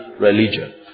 religion